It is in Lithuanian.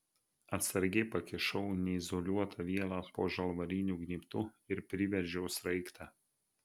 atsargiai pakišau neizoliuotą vielą po žalvariniu gnybtu ir priveržiau sraigtą